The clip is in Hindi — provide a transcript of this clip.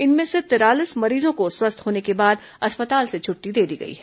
इनमें से तिरालीस मरीजों को स्वस्थ होने के बाद अस्पताल से छुट्टी दे दी गई है